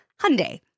Hyundai